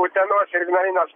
utenos ir ignalinos